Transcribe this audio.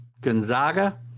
Gonzaga